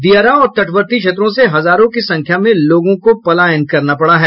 दियारा और तटवर्ती क्षेत्रों से हजारों की संख्या में लोगों को पलायन करना पड़ा है